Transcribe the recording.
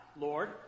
Lord